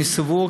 אני סבור,